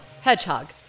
Hedgehog